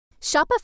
Shopify